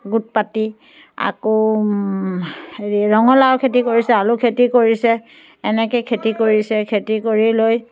গোট পাতি আকৌ হেৰি ৰঙালাও খেতি কৰিছে আলু খেতি কৰিছে এনেকৈ খেতি কৰিছে খেতি কৰি লৈ